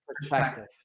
perspective